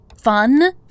Fun